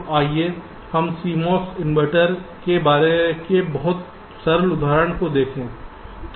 तो आइए हम CMOS इन्वर्टर के बहुत सरल उदाहरण को देखें